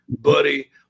buddy